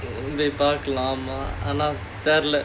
ஆனா தெரியல:aanaa theriyala